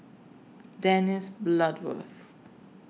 Dennis Bloodworth